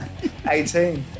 18